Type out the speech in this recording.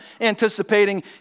anticipating